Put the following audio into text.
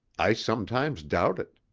i sometimes doubt it.